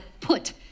put